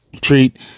treat